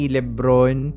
LeBron